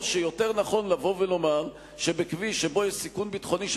או שיותר נכון לומר שבכביש שיש בו סיכון ביטחוני,